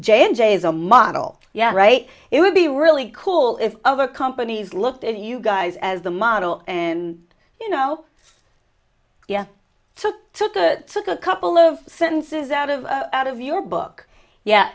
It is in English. and j is a model yeah right it would be really cool if other companies looked at you guys as the model and you know yes so took a couple of sentences out of out of your book yeah